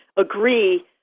agree